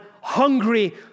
hungry